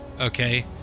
Okay